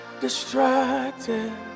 distracted